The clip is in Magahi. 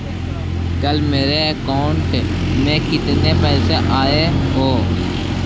कल मेरा अकाउंटस में कितना पैसा आया ऊ?